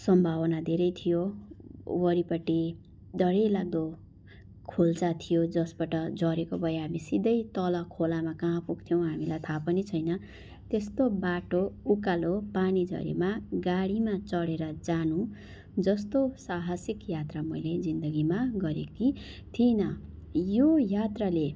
सम्भावना धेरै थियो वारिपट्टि डरैलाग्दो खोल्सा थियो जसबाट झरेको भए हामी सिधै तल खोलामा हामी कहाँ पुग्थ्यौँ हामीलाई थाहा पनि छैन त्यस्तो बाटो उकालो पानी झरीमा गाडीमा चढेर जानुजस्तो साहसिक यात्रा मैले जिन्दगीमा गरेकी थिइनँ यो यात्राले